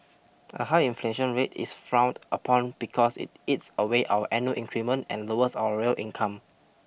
a high inflation rate is frowned upon because it eats away our annual increment and lowers our real income